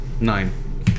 Nine